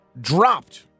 dropped